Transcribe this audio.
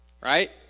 right